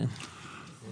נקבל אותן בברכה.